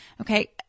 Okay